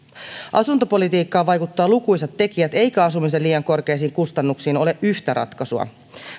asuntopolitiikkaan vaikuttavat lukuisat tekijät eikä asumisen liian korkeisiin kustannuksiin ole yhtä ratkaisua